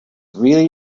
really